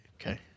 Okay